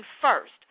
first